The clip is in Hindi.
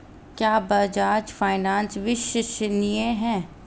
क्या बजाज फाइनेंस विश्वसनीय है?